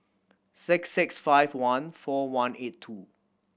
six six five one four one eight two